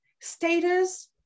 status